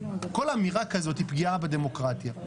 כל אמירה כזאת היא פגיעה בדמוקרטיה.